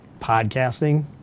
podcasting